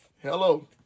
Hello